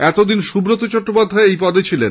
এতদিন সুব্রত চট্টোপাধ্যায় এই পদে ছিলেন